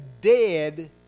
dead